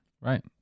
right